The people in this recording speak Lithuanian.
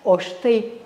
o štai